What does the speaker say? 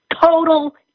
total